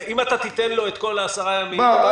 אם תיתן לו את כל ה-10 ימים --- יפה.